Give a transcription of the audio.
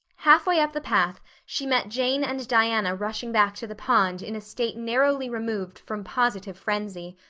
halfway up the path she met jane and diana rushing back to the pond in a state narrowly removed from positive frenzy.